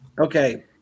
Okay